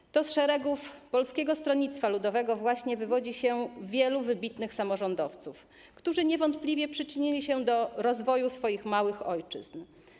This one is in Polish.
To właśnie z szeregów Polskiego Stronnictwa Ludowego wywodzi się wielu wybitnych samorządowców, którzy niewątpliwie przyczynili się do rozwoju swoich małych ojczyzn.